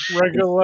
regular